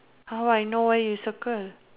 how I know why you circle